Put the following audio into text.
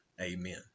Amen